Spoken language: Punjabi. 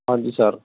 ਹਾਂਜੀ ਸਰ